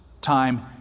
time